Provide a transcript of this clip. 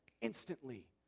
Instantly